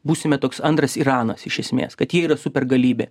būsime toks antras iranas iš esmės kad ji yra supergalybė